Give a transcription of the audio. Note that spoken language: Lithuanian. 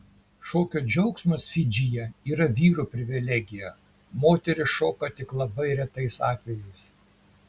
šokio džiaugsmas fidžyje yra vyrų privilegija moterys šoka tik labai retais atvejais